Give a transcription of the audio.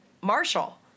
Marshall